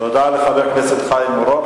תודה לחבר הכנסת חיים אורון.